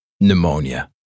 Pneumonia